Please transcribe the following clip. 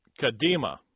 Kadima